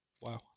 wow